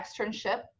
externship